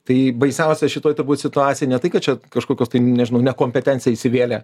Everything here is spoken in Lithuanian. tai baisiausia šitoj turbūt situacijoj ne tai kad čia kažkokios tai nežinau nekompetencija įsivėlė